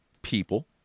people